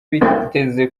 biteze